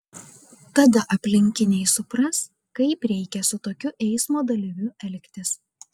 tada aplinkiniai supras kaip reikia su tokiu eismo dalyviu elgtis